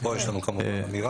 פה יש לנו כמובן אמירה,